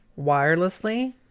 wirelessly